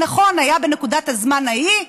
נכון, בנקודת הזמן ההיא,